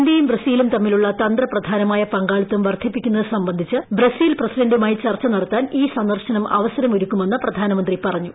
ഇന്ത്യയും ബ്രസീലും തമ്മിലുള്ള തന്ത്രപ്രധാനമായ പ്രിക്കാളിത്തം വർദ്ധിപ്പിക്കുന്നത് സംബന്ധിച്ച് ബ്രസീൽ പ്രസിഢന്റുമായി ചർച്ച നടത്താൻ ഈ സന്ദർശനം അവസരം ഒരുക്കുമെന്ന് പ്രധാനമന്ത്രി പറഞ്ഞു